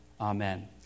Amen